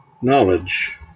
knowledge